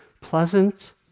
pleasant